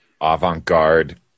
avant-garde